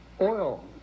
oil